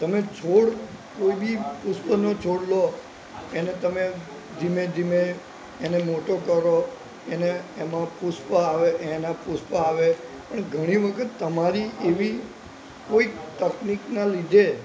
તમે છોડ કોઈ બી પુષ્પનો છોડ લો એને તમે ધીમે ધીમે એને મોટો કરો એને એમાં પુષ્પ આવે એના પુષ્પ આવે પણ ઘણી વખત તમારી એવી કોઈ તકનિકના લીધે